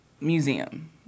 museum